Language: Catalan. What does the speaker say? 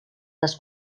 les